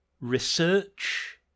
research